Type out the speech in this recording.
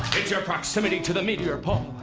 your proximity to the meteor, paul.